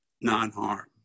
non-harm